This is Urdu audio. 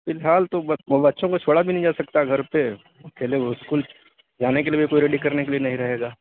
فی الحال تو بچوں کو چھوڑا بھی نہیں جا سکتا گھر پہ اکیلے اسکول جانے کے لئے بھی کوئی ریڈی کرنے کے نہیں رہے گا